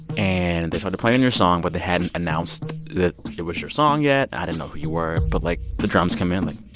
and they started playing your song, but they hadn't announced that it was your song yet. i didn't know who you were. but, like, the drums come in, like,